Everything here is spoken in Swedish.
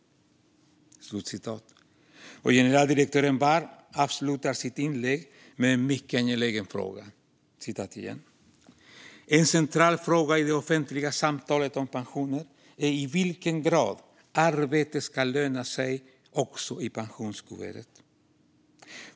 Generaldirektören Barr avslutar sitt inlägg med en mycket angelägen fråga: "En central fråga i det offentliga samtalet om pensioner är i vilken grad arbete ska löna sig också i pensionskuvertet.